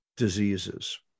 Diseases